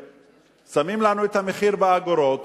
ששמים לנו את המחיר באגורות,